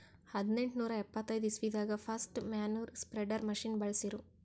ಹದ್ನೆಂಟನೂರಾ ಎಪ್ಪತೈದ್ ಇಸ್ವಿದಾಗ್ ಫಸ್ಟ್ ಮ್ಯಾನ್ಯೂರ್ ಸ್ಪ್ರೆಡರ್ ಮಷಿನ್ ಬಳ್ಸಿರು